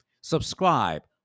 subscribe